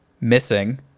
missing